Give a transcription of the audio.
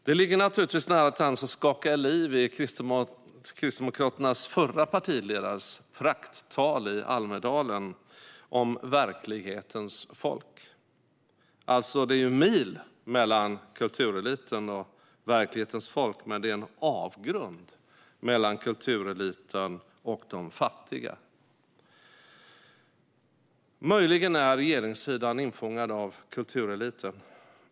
Det ligger naturligtvis nära till hands att skaka liv i Kristdemokraternas förre partiledares prakttal i Almedalen om "verklighetens folk". Det är ju mil mellan kultureliten och verklighetens folk, men det är en avgrund mellan kultureliten och de fattiga. Möjligen är regeringssidan infångad av kultureliten.